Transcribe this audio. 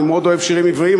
אני מאוד אוהב שירים עבריים,